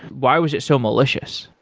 why was it so malicious?